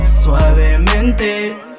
suavemente